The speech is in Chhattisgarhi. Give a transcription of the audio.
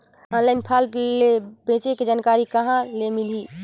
ऑनलाइन फ्राड ले बचे के जानकारी कहां ले मिलही?